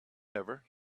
ever